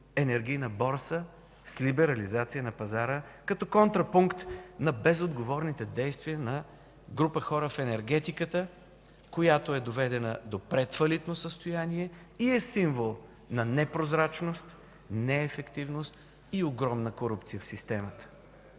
енергийна борса с либерализация на пазара, като контрапункт на безотговорните действия на група хора в енергетиката, която е доведена до предфалитно състояние и е символ на непрозрачност, неефективност и огромна корупция в системата.